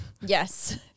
Yes